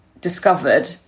discovered